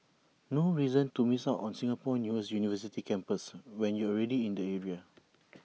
no reason to miss out on Singapore's newest university campus when you're already in the area